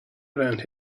around